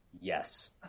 yes